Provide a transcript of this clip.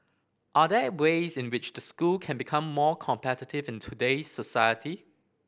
are there ways in which the school can become more competitive in today's society